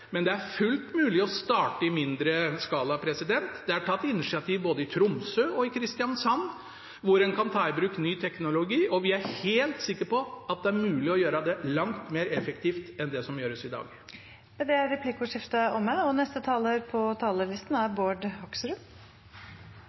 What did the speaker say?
Men det er fullt mulig å starte i mindre skala. Det er tatt initiativ i både Tromsø og Kristiansand, hvor en kan ta i bruk ny teknologi. Vi er helt sikre på at det er mulig å gjøre det langt mer effektivt enn det som gjøres